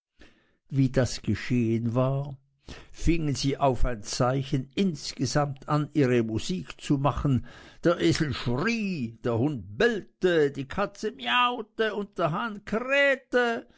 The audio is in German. wie das geschehen war fingen sie auf ein zeichen insgesamt an ihre musik zu machen der esel schrie der hund bellte die katze miaute und der hahn krähte